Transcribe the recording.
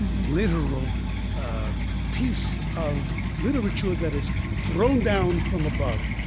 literal piece of literature that is thrown down from above,